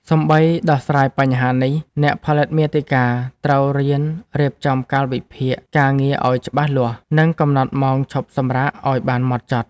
ដើម្បីដោះស្រាយបញ្ហានេះ អ្នកផលិតមាតិកាត្រូវរៀនរៀបចំកាលវិភាគការងារឱ្យច្បាស់លាស់ និងកំណត់ម៉ោងឈប់សម្រាកឱ្យបានម៉ត់ចត់។